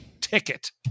ticket